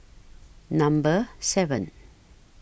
Number seven